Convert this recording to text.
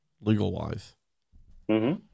legal-wise